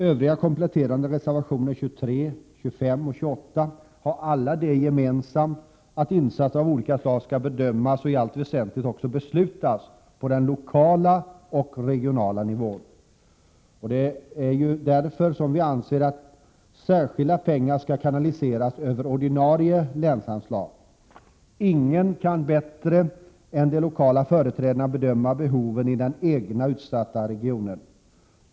De kompletterande reservationerna 23, 25 och 28 har alla det gemensamt att insatser av olika slag skall bedömas och i allt väsentligt också beslutas på den lokala och regionala nivån. Det är ju därför som vi anser att särskilda pengar skall kanaliseras över ordinarie länsanslag. Ingen kan bättre än de lokala företrädarna bedöma behoven i den egna utsatta regionen.